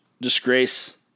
disgrace